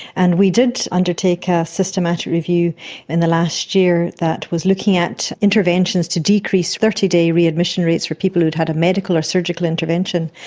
and we did undertake a systematic review in the last year that was looking at interventions to decrease thirty day readmission rates for people who had had a medical or surgical intervention,